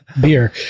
beer